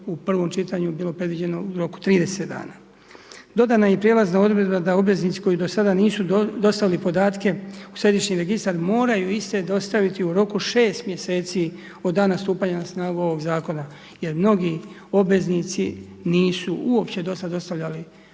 u prvom čitanju je bilo predviđeno u roku 30 dana. Dodana je i prijelazna odredba da obveznici koji do sada nisu dostavili podatke u Središnji registar, moraju iste dostaviti u roku 6 mjeseci od dana stupanja na snagu ovog Zakona jer mnogi obveznici nisu uopće do sada dostavljali